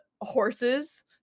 horses